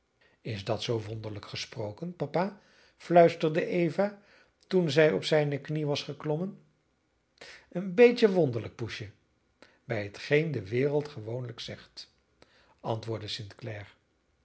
is dat zoo wonderlijk gesproken papa fluisterde eva toen zij op zijne knie was geklommen een beetje wonderlijk poesje bij hetgeen de wereld gewoonlijk zegt antwoordde